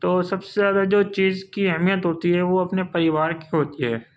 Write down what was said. تو سب سے زیادہ جو چیز کی اہیمت ہوتی ہے وہ اپنے پریوار کی ہوتی ہے